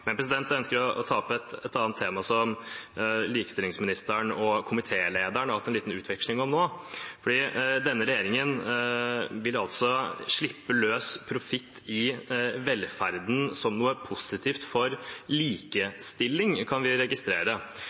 Jeg ønsker å ta opp et annet tema som likestillingsministeren og komitélederen har hatt en liten utveksling om nå. Denne regjeringen vil altså slippe løs profitt i velferden som noe positivt for likestilling, kan vi registrere.